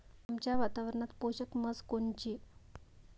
आमच्या वातावरनात पोषक म्हस कोनची?